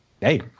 hey